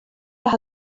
las